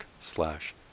slash